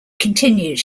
continued